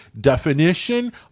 definition